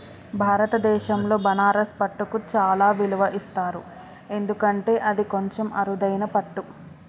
భారతదేశంలో బనారస్ పట్టుకు చాలా విలువ ఇస్తారు ఎందుకంటే అది కొంచెం అరుదైన పట్టు